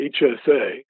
HSA